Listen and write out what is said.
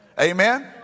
Amen